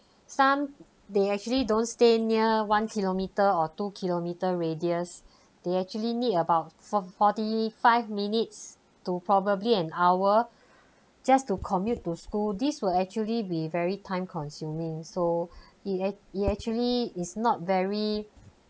some they actually don't stay near one kilometre or two kilometre radius they actually need about forth~ forty five minutes to probably an hour just to commute to school this will actually be very time consuming so it act it actually is not very